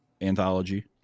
anthology